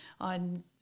on